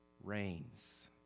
reigns